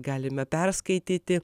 galime perskaityti